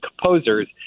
composers